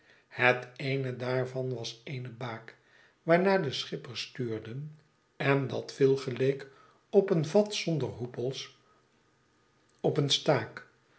het eene daarvan was eene baak waarnaar de schippers stuurden en dat veel geleek op een vat zonder hoepels op een staak